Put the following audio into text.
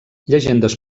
llegendes